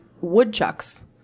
woodchucks